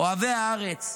אוהבי הארץ,